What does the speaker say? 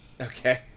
Okay